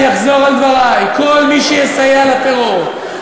ואני אחזור על דברי: כל מי שיסייע לטרור,